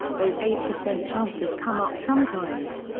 those eight percent chances come up sometimes.